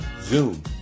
Zoom